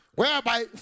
Whereby